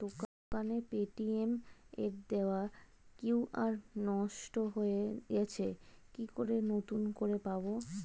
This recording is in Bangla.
দোকানের পেটিএম এর দেওয়া কিউ.আর নষ্ট হয়ে গেছে কি করে নতুন করে পাবো?